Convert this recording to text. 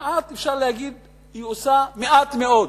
וכמעט אפשר להגיד שמעט מאוד,